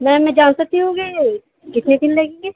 میم میں جان سکتی ہوں کہ کتنے دن لگیں گے